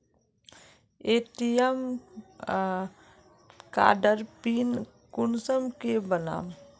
ATM कार्डेर pin कुंसम के बनाम?